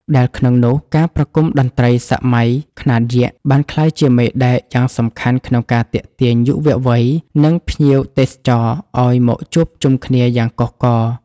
ដែលក្នុងនោះការប្រគំតន្ត្រីសម័យខ្នាតយក្ស បានក្លាយជាមេដែកយ៉ាងសំខាន់ក្នុងការទាក់ទាញយុវវ័យ និងភ្ញៀវទេសចរឱ្យមកជួបជុំគ្នាយ៉ាងកុះករ។